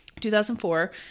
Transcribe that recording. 2004